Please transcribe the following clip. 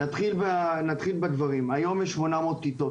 נתחיל בדברים, היום יש 800 כיתות